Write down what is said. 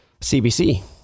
CBC